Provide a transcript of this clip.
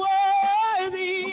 Worthy